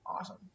awesome